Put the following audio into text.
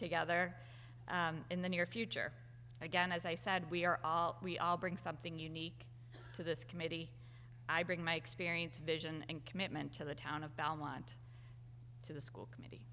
together in the near future again as i said we are all we all bring something unique to this committee i bring my experience vision and commitment to the town of belmont to the school